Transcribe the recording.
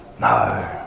no